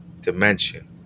dimension